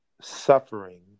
suffering